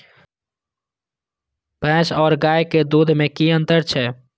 भैस और गाय के दूध में कि अंतर छै?